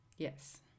Yes